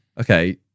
okay